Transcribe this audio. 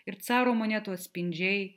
ir caro monetų atspindžiai